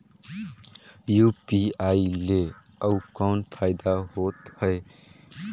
UPI ले अउ कौन फायदा होथ है?